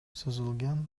созулган